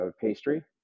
pastry